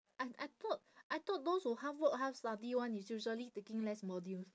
I I thought I thought those who half work half study [one] is usually taking less modules